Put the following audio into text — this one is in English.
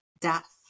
death